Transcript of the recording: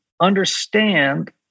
understand